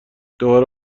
دوباره